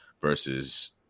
versus